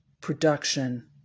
production